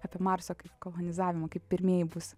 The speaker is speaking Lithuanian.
apie marso kolonizavimą kaip pirmieji bus